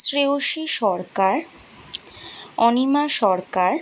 Shreyasi Sarkar Anima Sarkar